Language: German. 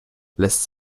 lässt